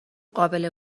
قابل